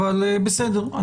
אבל בסדר,